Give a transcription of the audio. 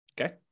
okay